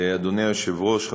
אדוני היושב-ראש,